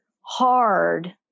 hard